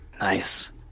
Nice